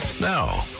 Now